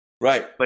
Right